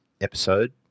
episode